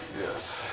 Yes